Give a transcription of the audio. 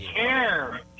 care